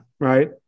right